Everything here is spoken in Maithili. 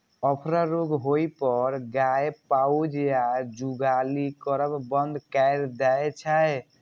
अफरा रोग होइ पर गाय पाउज या जुगाली करब बंद कैर दै छै